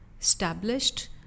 established